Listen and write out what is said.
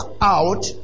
out